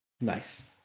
nice